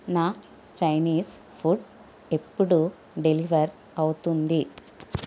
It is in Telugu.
నా చైనీస్ ఫుడ్ ఎప్పుడు డెలివర్ అవుతుంది